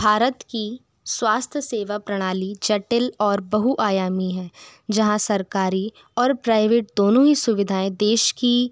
भारत की स्वास्थ्य सेवा प्रणाली ज़टिल और बहुआयामी है जहाँ सरकारी और प्राइवेट दोनों ही सुविधाएँ देश की